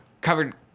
Covered